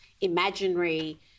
imaginary